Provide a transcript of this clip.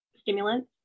stimulants